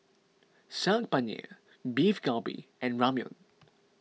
Saag Paneer Beef Galbi and Ramyeon